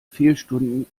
fehlstunden